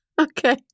Okay